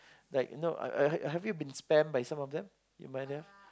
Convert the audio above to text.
like you know uh have you have you been spammed by some of them you might have